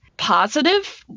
Positive